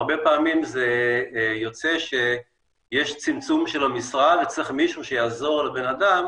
הרבה פעמים זה יוצא שיש צמצום של המשרה וצריך מישהו שיעזור לבנאדם